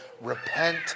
Repent